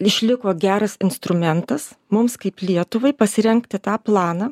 išliko geras instrumentas mums kaip lietuvai pasirengti tą planą